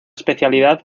especialidad